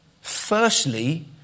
firstly